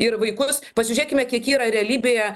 ir vaikus pasižiūrėkime kiek yra realybėje